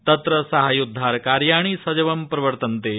तत्र सहाय्योद्धार कार्याणि सजवं प्रवर्तन्ते